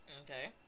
Okay